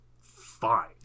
fine